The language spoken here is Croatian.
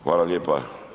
Hvala lijepa.